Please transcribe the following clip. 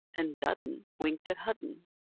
and dudden winked at hudden.